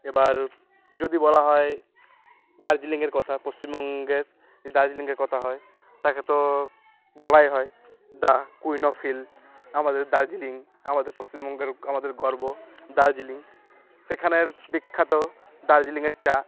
এবার যদি বলা হয় দার্জিলিংয়ের কথা পশ্চিমবঙ্গের দার্জিলিংয়ের কথা হয় তাকে তো বলাই হয় দা কুইন অফ হিল আমাদের দার্জিলিং আমাদের পশ্চিমবঙ্গের আমাদের গর্ব দার্জিলিং সেখানের বিখ্যাত দার্জিলিংয়ের চা